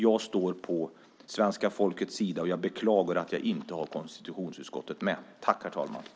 Jag står på svenska folkets sida, och jag beklagar att jag inte har konstitutionsutskottet med mig.